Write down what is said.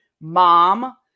mom